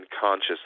conscious